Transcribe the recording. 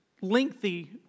lengthy